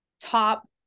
top